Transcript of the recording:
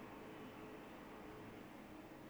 then what happen to that leh